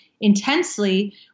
intensely